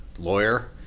Lawyer